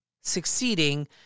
succeeding